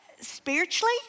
spiritually